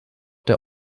der